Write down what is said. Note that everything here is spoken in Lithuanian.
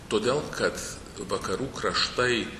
todėl kad vakarų kraštai